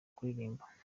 kuririmba